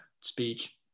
speech